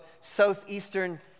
southeastern